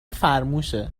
فرموشه